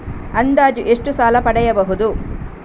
ಅಂದಾಜು ಎಷ್ಟು ಸಾಲ ಪಡೆಯಬಹುದು?